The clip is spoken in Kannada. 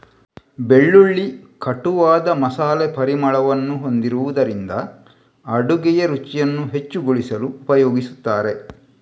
ಬೆಳ್ಳುಳ್ಳಿ ಕಟುವಾದ ಮಸಾಲೆ ಪರಿಮಳವನ್ನು ಹೊಂದಿರುವುದರಿಂದ ಅಡುಗೆಯ ರುಚಿಯನ್ನು ಹೆಚ್ಚುಗೊಳಿಸಲು ಉಪಯೋಗಿಸುತ್ತಾರೆ